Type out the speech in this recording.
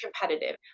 competitive